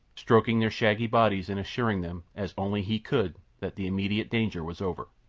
stroking their shaggy bodies, and assuring them, as only he could, that the immediate danger was over.